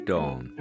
Dawn